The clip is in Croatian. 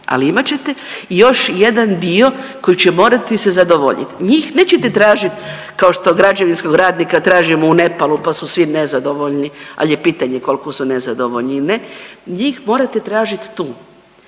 ali imat ćete još jedan dio koji će morati se zadovoljit, njih nećete tražit kao što građevinskog radnika tražimo u Nepalu, pa su svi nezadovoljni, al je pitanje kolko su nezadovoljni ili ne, njih morate tražit tu.